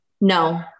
No